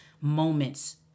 moments